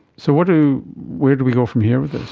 so where do where do we go from here with this?